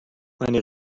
meine